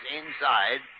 inside